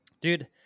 Dude